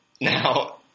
now